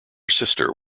sister